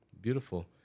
Beautiful